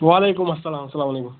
وعلیکم السلام السلام علیکم